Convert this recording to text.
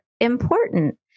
important